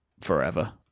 forever